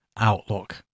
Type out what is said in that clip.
Outlook